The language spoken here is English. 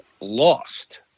lost